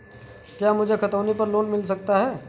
क्या मुझे खतौनी पर लोन मिल सकता है?